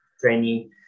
training